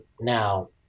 Now